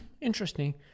interesting